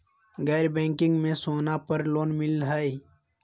गैर बैंकिंग में सोना पर लोन मिलहई?